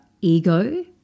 ego